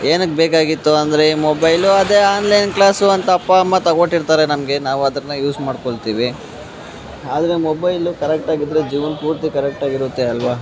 ಏನಕ್ಕೆ ಬೇಕಾಗಿತ್ತು ಅಂದರೆ ಈ ಮೊಬೈಲು ಅದೇ ಆನ್ಲೈನ್ ಕ್ಲಾಸು ಅಂತ ಅಪ್ಪ ಅಮ್ಮ ತಗೊಟ್ಟಿರ್ತಾರೆ ನಮಗೆ ನಾವು ಅದನ್ನು ಯೂಸ್ ಮಾಡಿಕೊಳ್ತೀವಿ ಆದರೆ ಮೊಬೈಲು ಕರೆಕ್ಟಾಗಿದ್ರೆ ಜೀವನಪೂರ್ತಿ ಕರೆಕ್ಟ್ ಆಗಿರುತ್ತೆ ಅಲ್ವಾ